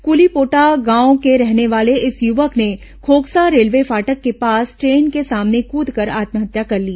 कृलीपोटा गांव के रहने वाले इस युवक ने खोखसा रेलवे फाटक के पास ट्रेन के सामने कदकर आत्महत्या कर ली